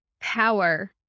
power